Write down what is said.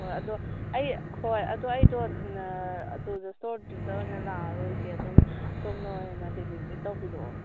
ꯍꯣꯏ ꯑꯗꯣ ꯑꯩ ꯍꯣꯏ ꯑꯗꯣ ꯑꯩꯗꯣ ꯑꯗꯨꯗ ꯏꯁꯇꯣꯔꯗꯨꯗ ꯑꯣꯏꯅ ꯂꯥꯛꯑꯔꯣꯏꯒꯦ ꯑꯗꯨꯝ ꯁꯣꯝꯅ ꯑꯣꯏꯅ ꯗꯤꯂꯤꯕꯔꯤ ꯇꯧꯕꯤꯔꯛꯑꯣ